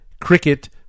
Cricket